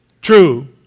True